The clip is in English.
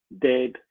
dead